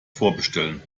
vorbestellen